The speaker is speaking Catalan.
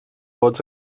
bots